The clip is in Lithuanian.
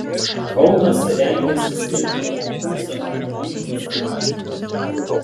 kaunasi rengiasi skelbti konkursą ąžuolynui sutvarkyti